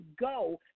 go